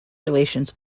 relations